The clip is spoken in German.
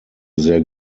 sehr